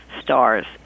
stars